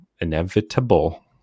Inevitable